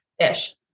ish